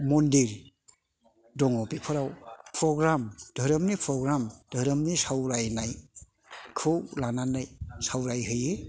मन्दिर दङ धोरोमनि सावरायनाय खौ लानानै सावरायहैयो